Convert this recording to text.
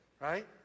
right